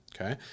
Okay